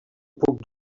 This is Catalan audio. puc